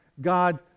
god